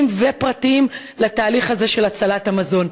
ופרטיים לתהליך הזה של הצלת המזון.